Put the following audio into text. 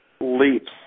leaps